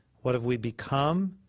what have we become?